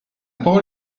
parole